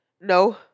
No